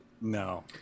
No